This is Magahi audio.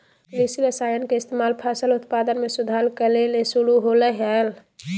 कृषि रसायन के इस्तेमाल फसल उत्पादन में सुधार करय ले शुरु होलय हल